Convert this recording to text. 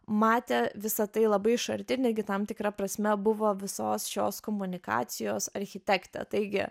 matė visa tai labai iš arti ir netgi tam tikra prasme buvo visos šios komunikacijos architektė taigi